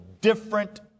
different